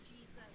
Jesus